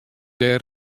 dêr